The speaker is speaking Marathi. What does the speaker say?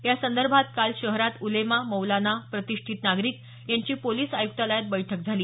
यासंदर्भात काल औरंगाबाद शहरात उलेमा मौलाना प्रतिष्ठित नागरिक यांची पोलीस आयुक्तालयात बैठक झाली